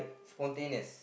spontaneous